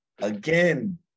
again